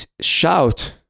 shout